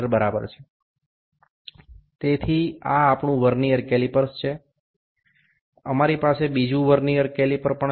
সুতরাং এটি আমাদের ভার্নিয়ার ক্যালিপার আমাদের আরও একটি ভার্নিয়ার ক্যালিপার রয়েছে